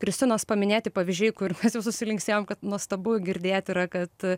kristinos paminėti pavyzdžiai kur mes jau susilinksėjom kad nuostabu girdėt yra kad